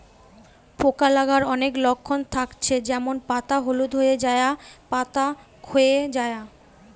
পোকা লাগার অনেক লক্ষণ থাকছে যেমন পাতা হলুদ হয়ে যায়া, পাতা খোয়ে যায়া